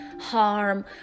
harm